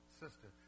sister